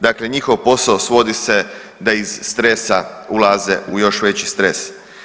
Dakle, njihov posao svodi se da iz stresa ulaze u još veći stres.